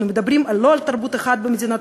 אנחנו לא מדברים על תרבות אחת במדינת